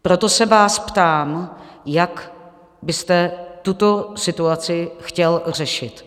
Proto se vás ptám, jak byste tuto situaci chtěl řešit.